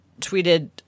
tweeted